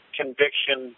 conviction